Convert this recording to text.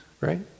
right